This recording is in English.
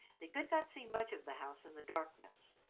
they could not see much of the house in the darkness.